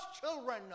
children